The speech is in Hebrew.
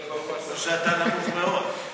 או שאתה נמוך מאוד.